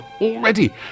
already